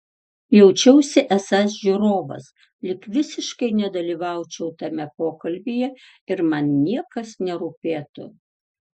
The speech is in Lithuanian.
jaučiausi esąs žiūrovas lyg visiškai nedalyvaučiau tame pokalbyje ir man niekas nerūpėtų